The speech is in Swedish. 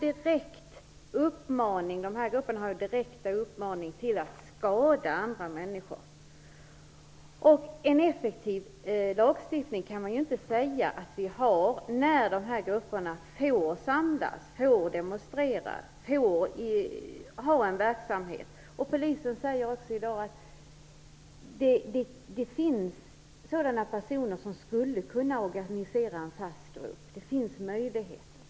Dessa grupper har direkt uppmanat till att skada andra människor. Vi kan inte säga att vi har en effektiv lagstiftning när dessa grupper får samlas, demonstrera och ha en verksamhet. Polisen säger i dag att det finns sådana personer som skulle kunna organisera en fast grupp. Det finns möjligheter till det.